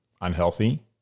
unhealthy